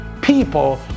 people